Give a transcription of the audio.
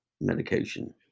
medication